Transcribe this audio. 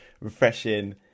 refreshing